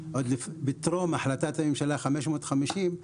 עוד בטרם החלטת הממשלה 550,